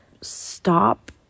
stop